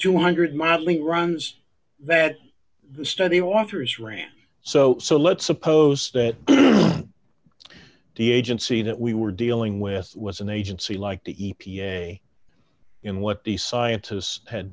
two hundred mildly runs that the study authors ran so so let's suppose that the agency that we were dealing with was an agency like the e p a in what the scientists had